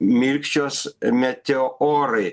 mirkčios meteorai